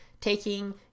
taking